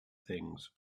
things